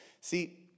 See